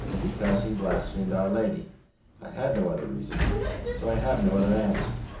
because he blasphemed our lady i had no other reason. so i have no other answer.